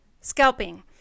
scalping